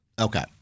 Okay